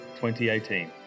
2018